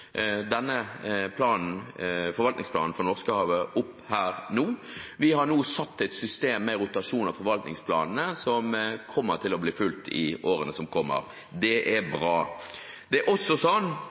denne forvaltningsplanen for Norskehavet opp nå. Vi har nå satt et system med rotasjon av forvaltningsplanene som kommer til å bli fulgt i årene som kommer. Det er